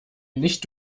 nicht